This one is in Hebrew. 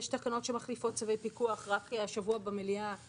על שבילי אופניים ועוד,